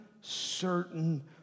certain